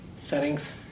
settings